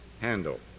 handle